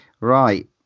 right